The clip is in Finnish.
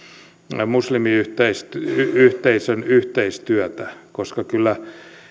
muslimiyhteisön yhteistyötä koska kyllä